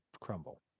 crumble